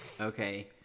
Okay